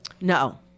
no